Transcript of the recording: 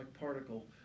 particle